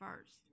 first